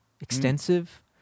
extensive